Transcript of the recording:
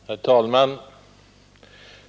Herr talman!